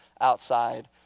outside